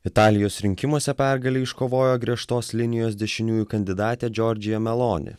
italijos rinkimuose pergalę iškovojo griežtos linijos dešiniųjų kandidatė džordžija meloni